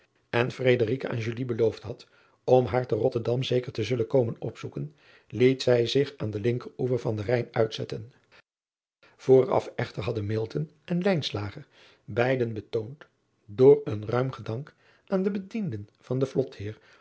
en aan beloofd had om haar te otterdam zeker te zullen komen opzoeken lieten zij zich aan den linkeroever van den ijn uitzetten ooraf echter hadden en beiden betoond door een ruim geschank aan de bedienden van den